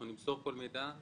אנחנו נמסור כל מידע,